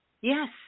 Yes